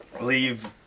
leave